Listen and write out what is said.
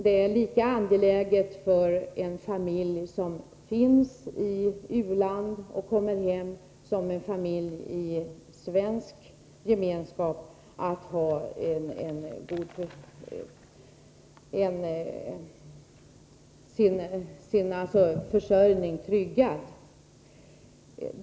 Det är lika angeläget för en familj som har varit i ett u-land och kommer hem som för en familj i svensk gemenskap att ha sin försörjning tryggad.